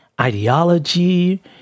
ideology